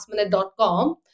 lastminute.com